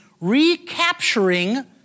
recapturing